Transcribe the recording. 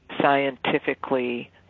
scientifically